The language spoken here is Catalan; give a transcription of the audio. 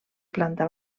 planta